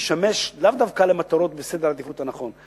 ישמש לאו דווקא למטרות שנמצאות בסדר העדיפויות הנכון.